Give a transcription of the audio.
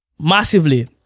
massively